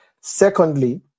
Secondly